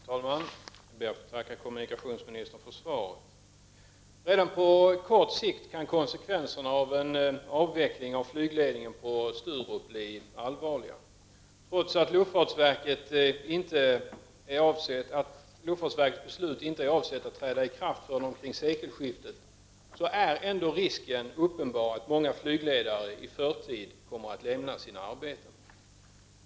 Herr talman! Jag ber att få tacka kommunikationsministern för svaret. Redan på kort sikt kan konsekvenserna av en avveckling av flygledningen på Sturup bli allvarliga. Trots att luftfartsverkets beslut inte är avsett att träda i kraft förrän omkring sekelskiftet, är risken uppenbar att många flygledare i förtid kommer att lämna sina arbeten.